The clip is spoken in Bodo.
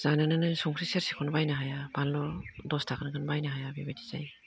जानोनो संख्रि सेरसेखौनो बायनो हाया बानलु दस थाखाखौनो बायनो हाया बेबायदि जायो